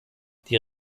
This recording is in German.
die